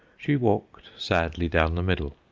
she walked sadly down the middle,